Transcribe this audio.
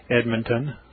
Edmonton